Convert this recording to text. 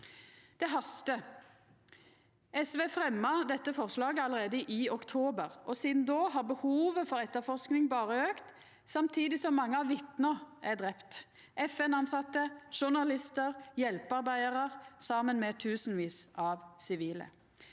Det hastar. SV fremja dette forslaget allereie i oktober, og sidan då har behovet for etterforsking berre auka, samtidig som mange av vitna er drepne: FN-tilsette, journalistar og hjelpearbeidarar – saman med tusenvis av sivile.